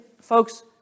folks